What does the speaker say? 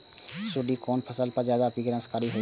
सुंडी कोन फसल पर ज्यादा विनाशकारी होई छै?